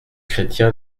chrétien